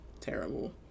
Terrible